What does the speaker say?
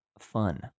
fun